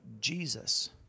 Jesus